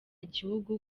gihugu